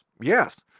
Yes